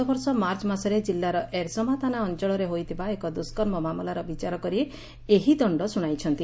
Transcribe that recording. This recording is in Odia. ଗତବର୍ଷ ମାର୍ଚ୍ଚମାସରେ କିଲ୍ଲାର ଏରସମା ଥାନା ଅଞ୍ଚଳରେ ହୋଇଥିବା ଏକ ଦୁଷ୍କର୍ମ ମାମଲାର ବିଚାର କରି ଏହି ଦଣ୍ଡ ଶ୍ରୁଶାଇଛନ୍ତି